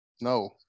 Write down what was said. No